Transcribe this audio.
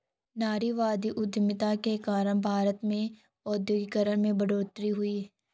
नारीवादी उधमिता के कारण भारत में औद्योगिकरण में बढ़ोतरी हुई